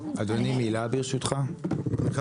אני רק